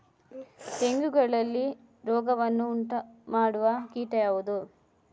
ತೆಂಗುಗಳಲ್ಲಿ ರೋಗವನ್ನು ಉಂಟುಮಾಡುವ ಕೀಟ ಯಾವುದು?